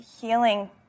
healing